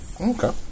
Okay